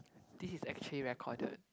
this is actually recorded